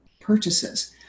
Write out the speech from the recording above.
purchases